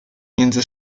między